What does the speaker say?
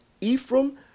Ephraim